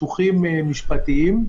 סכסוכים משפטיים.